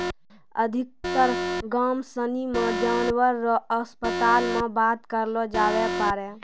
अधिकतर गाम सनी मे जानवर रो अस्पताल मे बात करलो जावै पारै